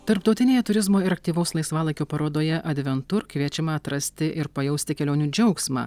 tarptautinėje turizmo ir aktyvaus laisvalaikio parodoje adventur kviečiama atrasti ir pajausti kelionių džiaugsmą